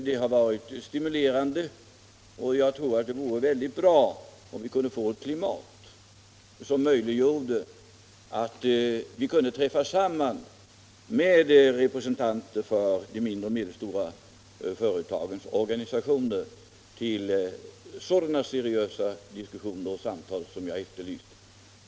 De har varit stimulerande, och jag tror att det vore väldigt bra om vi kunde få ett klimat som möjliggjorde sammanträffanden med representanter för de mindre och medelstora företagens organisationer till sådana diskussioner som jag har efterlyst.